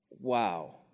Wow